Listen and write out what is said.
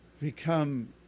become